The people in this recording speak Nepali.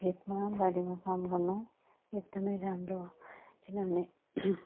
खेतमा बारीमा काम गर्नु एकदमै राम्रो हो किनभने